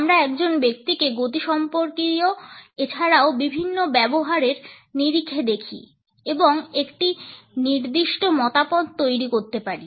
আমরা একজন ব্যক্তিকে গতিসম্পর্কীয় এছাড়াও বিভিন্ন ব্যবহারের নিরিখে দেখি এবং আমরা একটি নির্দিষ্ট মতামত তৈরি করতে পারি